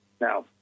Now